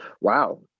Wow